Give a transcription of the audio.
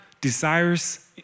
desires